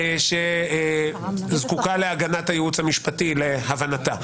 שזקוקה לייעוץ המשפטי להבנתה.